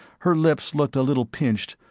her lips looked a little pinched,